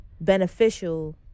beneficial